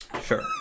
Sure